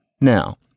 Now